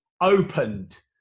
opened